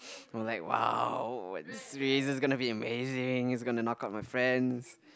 was like !wow! this eraser's gonna be amazing is gonna knock out my friends